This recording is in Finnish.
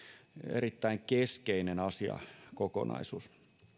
erittäin keskeinen asiakokonaisuus